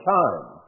time